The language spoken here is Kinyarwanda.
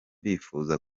bifuza